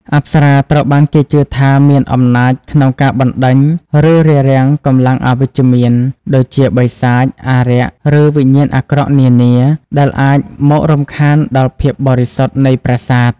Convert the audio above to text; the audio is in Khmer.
អប្សរាត្រូវបានគេជឿថាមានអំណាចក្នុងការបណ្ដេញ ឬរារាំងកម្លាំងអវិជ្ជមាន ដូចជាបិសាច អារក្ស ឬវិញ្ញាណអាក្រក់នានា ដែលអាចមករំខានដល់ភាពបរិសុទ្ធនៃប្រាសាទ។